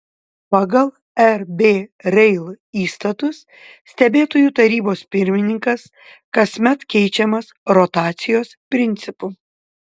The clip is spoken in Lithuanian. pagal rb rail įstatus stebėtojų tarybos pirmininkas kasmet keičiamas rotacijos principu